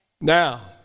now